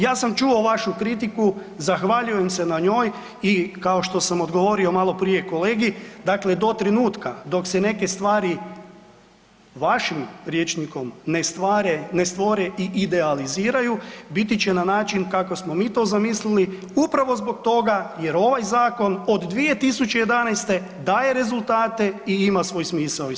Ja sam čuo vašu kritiku, zahvaljujem se na njoj i kao što sam odgovorio maloprije kolegi, dakle do trenutka dok se neke stvari, vašim rječnikom, ne stvore i idealiziraju biti će na način kako smo mi to zamislili upravo zbog toga jer ovaj zakon od 2011. daje rezultate i ima svoj smisao i svrhu.